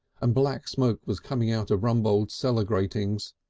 and black smoke was coming out of rumbold's cellar gratings.